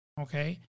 Okay